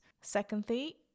Secondly